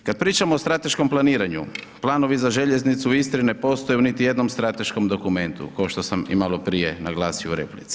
Prvo kad pričamo o strateškom planiranju, planovi za željeznicu u Istri ne postoje niti u jednom strateškom dokumentu ko što sam i malo prije naglasio u replici.